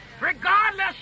Regardless